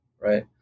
right